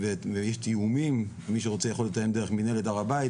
ויש תיאומים ומי שרוצה יכול לתאם דרך מנהלת הר הבית,